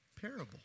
parable